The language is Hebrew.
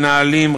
מנהלים,